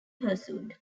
pursued